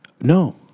No